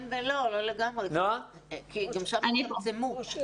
כן ולא, לא לגמרי כי גם שם יצמצמו.